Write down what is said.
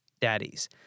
daddies